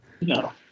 No